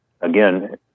again